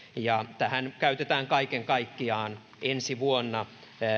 ja tähän käytetään kaiken kaikkiaan ensi vuonna